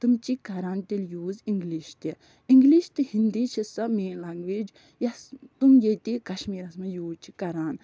تِم چھِ کَران تیٚلہِ یوٗز اِنگلِش تہِ اِنگلِش تہٕ ہینٛدی چھِ سۄ مین لَنٛگویج یۄس تِم ییٚتہِ کَشمیٖرَس منٛز یوٗز چھِ کران